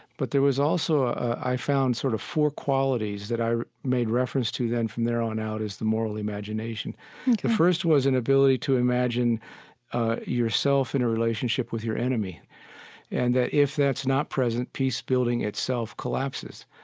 but there was also, i found, sort of four qualities that i made reference to then from there on out as the moral imagination ok the first was an ability to imagine ah yourself in a relationship with your enemy and that if that's not present peace-building itself collapses.